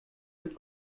mit